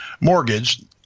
mortgage